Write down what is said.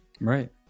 right